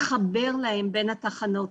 לחבר להן בין התחנות,